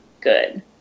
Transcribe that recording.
good